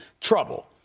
trouble